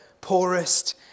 poorest